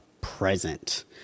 present